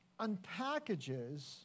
unpackages